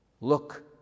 Look